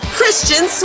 Christian